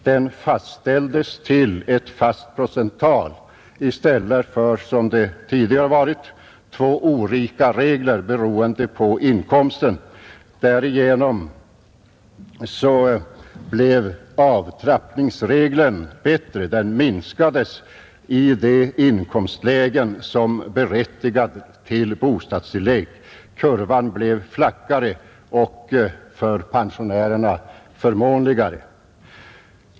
Man fastställde den till ett fast procenttal i stället för att som tidigare ha två olika regler beroende på inkomsten, Därigenom blev avtrappningsregeln bättre; avtrappningen minskades i de inkomstlägen som berättigar till bostadstillägg. Kurvan blev flackare och för pensionärerna förmånligare.